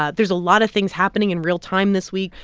ah there's a lot of things happening in real time this week.